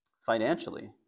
financially